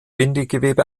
bindegewebe